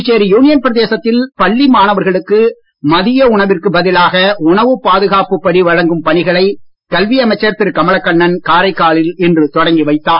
Puducherry union பிரதேசத்தில் பள்ளி மாணவர்களுக்கு மதிய உணவிற்கு பதிலாக உணவுப் பாதுகாப்பு படி வழங்கும் பணிகளை கல்வி அமைச்சர் திரு கமலக்கண்ணன் காரைக்காலில் இன்று தொடங்கி வைத்தார்